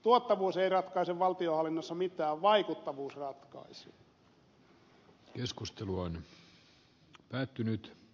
tuottavuus ei ratkaise valtionhallinnossa mitään vaikuttavuus ratkaisee